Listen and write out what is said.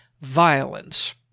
violence